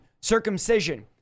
circumcision